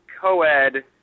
co-ed